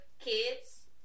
kids